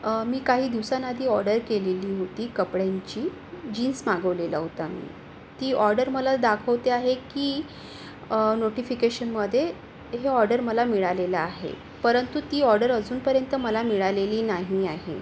मी काही दिवसांआधी ऑर्डर केलेली होती कपड्यांची जीन्स मागवलेला होता मी ती ऑर्डर मला दाखवते आहे की नोटिफिकेशनमध्ये हे ऑर्डर मला मिळालेलं आहे परंतु ती ऑर्डर अजूनपर्यंत मला मिळालेली नाही आहे